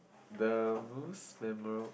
the most memora~